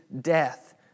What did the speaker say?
death